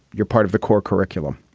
you're part of the core curriculum,